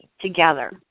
together